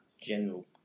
general